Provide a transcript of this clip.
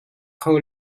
kho